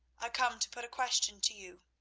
i come to put a question to you,